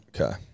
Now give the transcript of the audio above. Okay